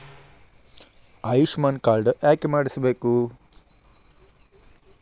Ayushman card ಯಾಕೆ ಮಾಡಿಸಬೇಕು?